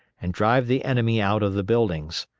and drive the enemy out of the buildings.